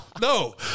No